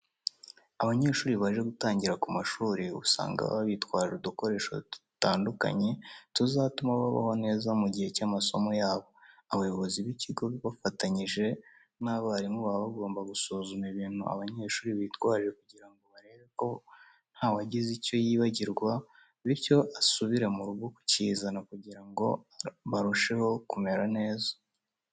Abanyeshuri baje gutangira ku mashuri usanga baba bitwaje udukoresho dutandukanye tuzatuma babaho neza mu gihe cy'amasomo yabo. Abayobozi b'ikigo bafatanyije n'abarimu baba bagomba gusuzuma ibintu abanyeshuri bitwaje kugira ngo barebe ko ntawagize icyo yibagirwa bityo asubire mu rugo kukizana kugira ngo barusheho kumera neza.